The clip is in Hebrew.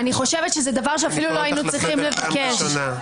אני חושבת- -- אני קורא אותך לסדר פעם ראשונה.